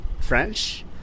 French